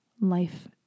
life